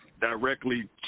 directly